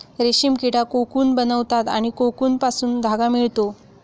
रेशीम किडा कोकून बनवतात आणि कोकूनपासून धागा मिळतो